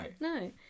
No